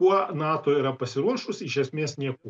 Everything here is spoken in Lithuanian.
kuo nato yra pasiruošusi iš esmės niekuo